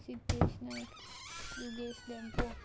Siddesh Naik Yugesh Dempo